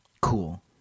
Cool